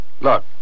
Look